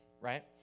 right